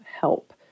help